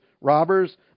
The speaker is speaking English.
robbers